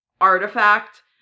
artifact